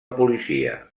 policia